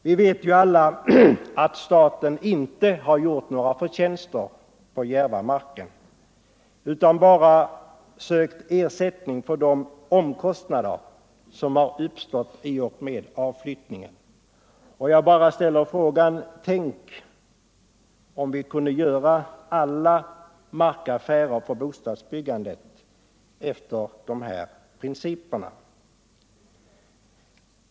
Vi vet ju alla att staten inte har gjort några förtjänster på Järvamarken utan bara fått ersättning för de direkta kostnader som har uppstått i och med avflyttningen. Tänk om vi kunde göra alla markaffärer på bostadsbyggandets område efter herr Claesons principer!